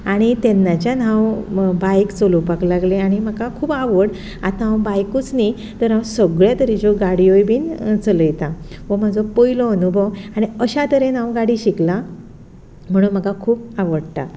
आनी तेन्नाच्यान हांव बायक चलोपाक लागलें आनी म्हाका खूब आवड आतां हांव बायकूच न्ही तर हांव सगले तरेच्यो गाडयोय बीन चलयता हो म्हजो पयलो अनुभव आनी अशा तरेन हांव गाडी शिकलां म्हणून म्हाका खूब आवडटा